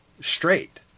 straight